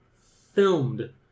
filmed